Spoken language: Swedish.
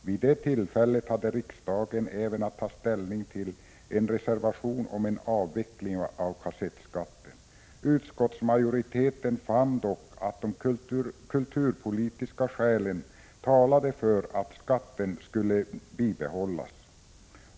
Vid det tillfället hade riksdagen även att ta ställning till en reservation om en avveckling av kassettskatten. Utskottsmajoriteten fann dock att de kulturpolitiska skälen talade för att skatten skulle bibehållas.